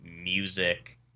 music